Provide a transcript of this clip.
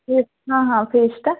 fees ହଁ ହଁ ଫିସ୍ଟା